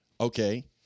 okay